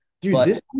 Dude